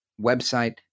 website